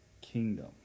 kingdom